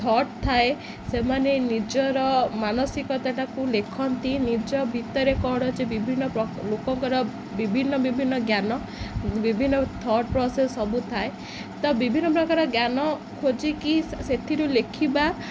thought ଥାଏ ସେମାନେ ନିଜର ମାନସିକତାଟାକୁ ଲେଖନ୍ତି ନିଜ ଭିତରେ କ'ଣ ଯେ ବିଭିନ୍ନ ଲୋକଙ୍କର ବିଭିନ୍ନ ବିଭିନ୍ନ ଜ୍ଞାନ ବିଭିନ୍ନ ଥଟ୍ ପ୍ରସେସ ସବୁ ଥାଏ ତ ବିଭିନ୍ନ ପ୍ରକାର ଜ୍ଞାନ ଖୋଜିକି ସେଥିରୁ ଲେଖିବା